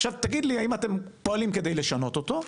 עכשיו, תגיד לי אם אתם פועלים כדי לשנות אותו,